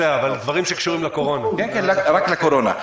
אשר,